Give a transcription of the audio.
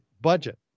budget